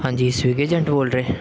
ਹਾਂਜੀ Swiggy agent ਬੋਲ ਰਹੇ